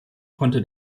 konnte